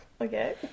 okay